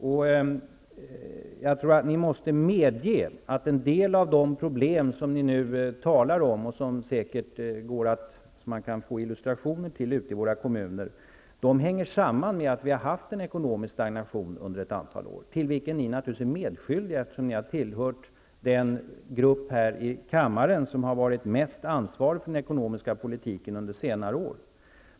Och jag tror att ni måste medge att en del av de problem som ni nu talar om, och som man säkert kan få illustrationer till ute i våra kommuner, hänger samman med att vi har haft en ekonomisk stagnation under ett antal år -- till vilken ni naturligtvis är medskyldiga, eftersom ni har tillhört den grupp här i kammaren som har varit mest ansvarig för den ekonomiska politiken under senare år.